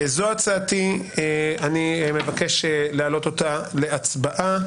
זו הצעתי, אני מבקש להעלות אותה להצבעה.